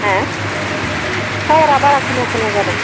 मा टावार आ बारा खोनाया खोनाया जादों